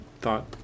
thought